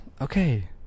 Okay